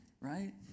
right